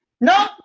No